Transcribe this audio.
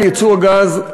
על ייצוא הגז,